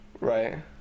right